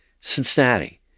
Cincinnati